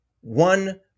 One